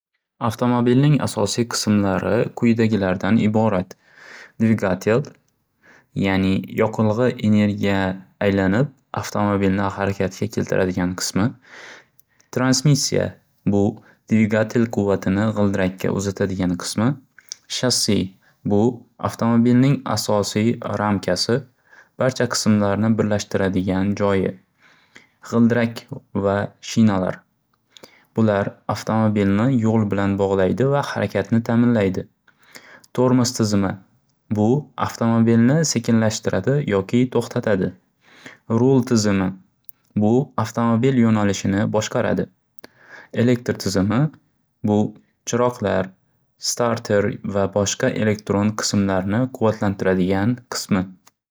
Avtomabilning asosiy qisimlari quyidagilardan iborat. Dvigatel ya'ni yoqilg'i energiya aylanib avtomabilni xarakatga keltiradigan qismi. Transmissiya bu dvigatel quvvatini g'ildirakka uzatadigan qismi. Shassi bu avtomabilning asosiy ramkasi barcha qisimlarni birlashtiradigan joyi. G'ildirak va shinalar bular avtomabilni yo'l bilan bog'laydi va xarakatni ta'minlaydi. Tormoz tizimi bu avtomabilni sekinlashtiradi yoki to'xtatadi. Rul tizimi bu avtomabil yo'nalishini boshqaradi. Elektr tizimi bu chiroqlar, starter va boshqa elektron qismlarni quvvatlantiradigan qismi.